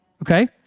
Okay